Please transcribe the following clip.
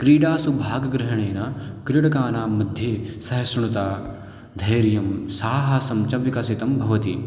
क्रीडासु भागग्रहणेन क्रीडकानां मध्ये सहिष्णुता धैर्यं साहसं च विकसितं भवति